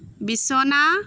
বিছনা